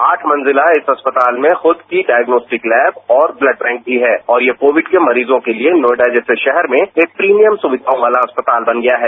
आठ मंजिला इस अस्पताल में खुद की डायगनोस्टिक तैब और ब्लड बैंक भी है और ये कोविड के मरीजों के लिए नोएडा जैसे राहर में एक प्रीमियर सुक्षायों वाला अस्पताल बन गया है